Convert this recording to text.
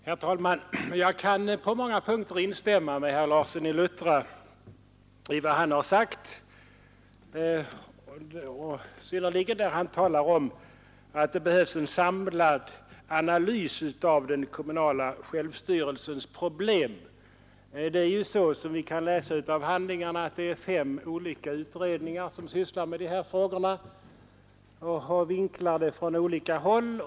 Herr talman! Jag kan på många punkter instämma i vad herr Larsson i Luttra har sagt, och synnerligt där han talar om att det behövs en samlad analys av den kommunala självstyrelsens problem. Det är, som vi kan utläsa av handlingarna, fem olika utredningar som sysslar med dessa frågor och vinklar dem från olika håll.